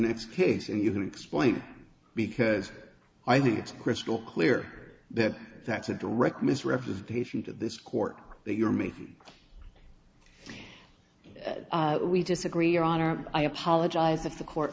next case and you can explain because i think it's crystal clear that that's a direct misrepresentation to this court that you're making we disagree your honor i apologize if the court